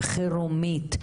חירומית,